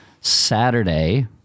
Saturday